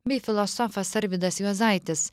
bei filosofas arvydas juozaitis